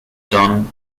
done